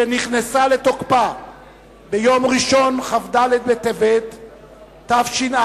שנכנסה לתוקפה ביום ראשון, כ"ד בטבת התש"ע,